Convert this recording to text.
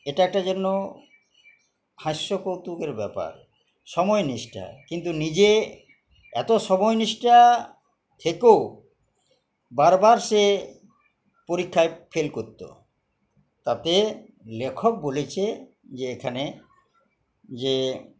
এটা একটা জন্য হাস্য কৌতুকের ব্যাপার সময় নিষ্ঠা কিন্তু নিজে এতো সময় নিষ্ঠা থেকেও বারবার সে পরীক্ষায় ফেল করত তাতে লেখক বলেছে যে এখানে যে